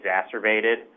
exacerbated